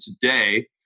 today